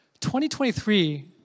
2023